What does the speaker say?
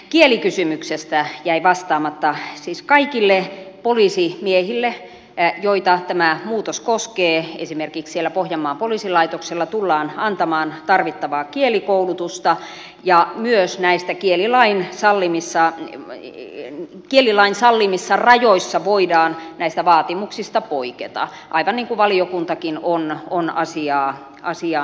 kielikysymyksestä jäi vastaamatta että siis kaikille poliisimiehille joita tämä muutos koskee esimerkiksi siellä pohjanmaan poliisilaitoksella tullaan antamaan tarvittavaa kielikoulutusta ja myös näissä kielilain sallimissa rajoissa voidaan näistä vaatimuksista poiketa aivan niin kuin valiokuntakin on asiaan ottanut kantaa